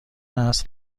است